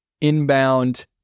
Inbound